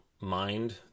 mind